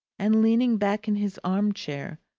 and leaning back in his arm-chair,